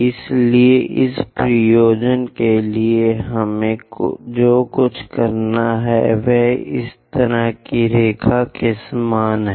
इसलिए इस प्रयोजन के लिए हमें जो कुछ करना है वह इस तरह की रेखा के समान है